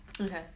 Okay